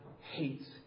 hates